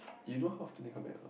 you know half today come back or not